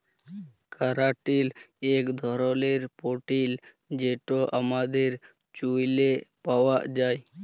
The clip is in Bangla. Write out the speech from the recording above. ক্যারাটিল ইক ধরলের পোটিল যেট আমাদের চুইলে পাউয়া যায়